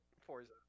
Forza